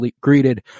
greeted